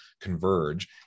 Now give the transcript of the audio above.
Converge